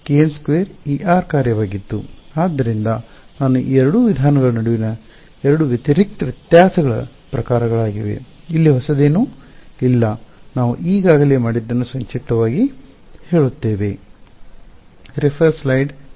ಆದ್ದರಿಂದ ನಾನು ಈ ಎರಡು ವಿಧಾನಗಳ ನಡುವಿನ ಎರಡು ವ್ಯತಿರಿಕ್ತ ವ್ಯತ್ಯಾಸಗಳ ಪ್ರಕಾರಗಳಾಗಿವೆ ಇಲ್ಲಿ ಹೊಸದೇನೂ ಇಲ್ಲ ನಾವು ಈಗಾಗಲೇ ಮಾಡಿದ್ದನ್ನು ಸಂಕ್ಷಿಪ್ತವಾಗಿ ಹೇಳುತ್ತೇವೆ